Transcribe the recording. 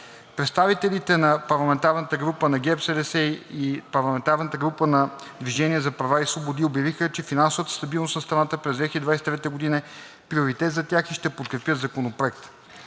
Представителите на парламентарната група на ГЕРБ-СДС и парламентарната група на „Движение за права и свободи“ обявиха, че финансовата стабилност на страната през 2023 г. е приоритет за тях и ще подкрепят Законопроекта.